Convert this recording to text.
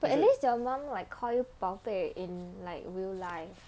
but at least your mom like call you 宝贝 in like real life